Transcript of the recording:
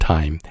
Time